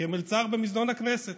כמלצר במזנון הכנסת.